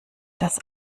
dass